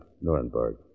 Nuremberg